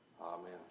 Amen